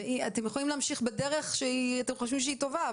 אתם יכולים להמשיך בדרך שאתם חושבים שהיא טובה,